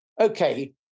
Okay